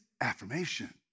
affirmation